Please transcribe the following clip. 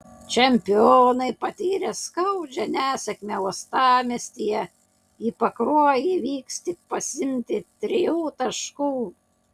čempionai patyrę skaudžią nesėkmę uostamiestyje į pakruojį vyks tik pasiimti trijų taškų